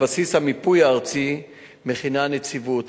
על בסיס המיפוי הארצי מכינה הנציבות,